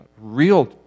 real